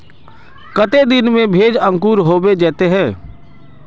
केते दिन में भेज अंकूर होबे जयते है?